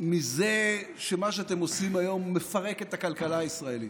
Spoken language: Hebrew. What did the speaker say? מזה שמה שאתם עושים היום מפרק את הכלכלה הישראלית,